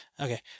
Okay